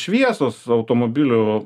šviesos automobilių